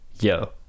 Yo